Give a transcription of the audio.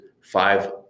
five